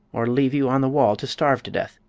or leave you on the wall to starve to death.